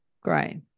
Great